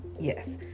Yes